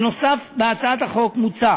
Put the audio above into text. נוסף על כך, בהצעת החוק מוצע